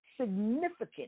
significant